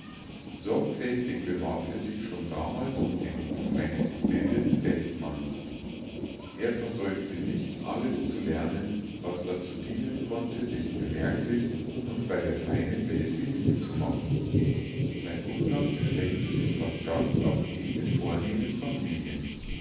sorgfältig bewarb er sich schon damals um den ruf eines gebildeten weltmanns er versäumte nicht alles zu lernen was dazu dienen konnte sich bemerklich und bei der feinen welt beliebt zu machen sein umgang beschränkte sich fast ganz auf den mit vornehmen familien